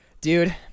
dude